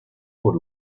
por